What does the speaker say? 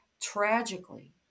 tragically